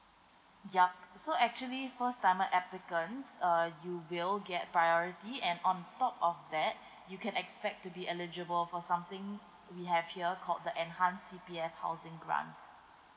yup so actually first timer applicants uh you will get priority and on top of that you can expect to be eligible for something we have here called the enhanced C_P_F housing grant